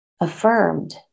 affirmed